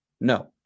No